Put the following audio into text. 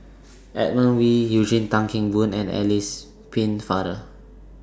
Edmund Wee Eugene Tan Kheng Boon and Alice Pennefather